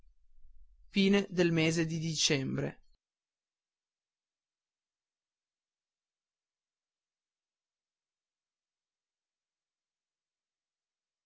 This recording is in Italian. mattina del mese di dicembre